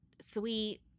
sweet